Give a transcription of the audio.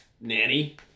nanny